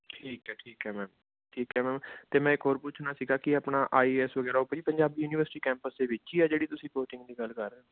ਠੀਕ ਹੈ ਠੀਕ ਹੈ ਮੈਮ ਠੀਕ ਹੈ ਮੈਮ ਅਤੇ ਮੈਂ ਇੱਕ ਹੋਰ ਪੁੱਛਣਾ ਸੀਗਾ ਕਿ ਆਪਣਾ ਆਈ ਏ ਐੱਸ ਵਗੈਰਾ ਉਹ ਵੀ ਪੰਜਾਬੀ ਯੂਨੀਵਰਸਿਟੀ ਕੈਂਪਸ ਦੇ ਵਿੱਚ ਹੀ ਹੈ ਜਿਹੜੀ ਤੁਸੀਂ ਕੋਚਿੰਗ ਦੀ ਗੱਲ ਕਰ ਰਹੇ ਹੋ